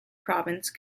province